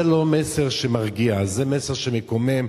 זה לא מסר שמרגיע, זה מסר שמקומם.